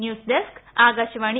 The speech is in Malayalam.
news desk Akashvani